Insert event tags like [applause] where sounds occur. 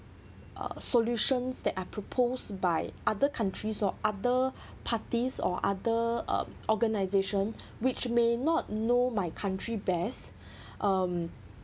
uh solutions that are proposed by other countries or other [breath] parties or other um organisations which may not know my country best [breath] um